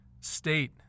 state